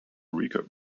rico